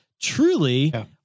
truly